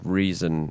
reason